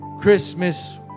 Christmas